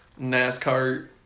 NASCAR